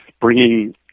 Bringing